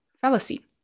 fallacy